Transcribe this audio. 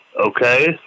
Okay